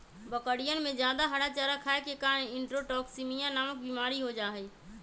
बकरियन में जादा हरा चारा खाये के कारण इंट्रोटॉक्सिमिया नामक बिमारी हो जाहई